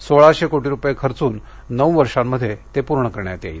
सोळाशे कोटी रुपये खर्चून नऊ वर्षांमध्ये ते पूर्ण करण्यात येईल